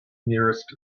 nearest